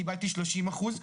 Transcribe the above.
קיבלתי 30 אחוז,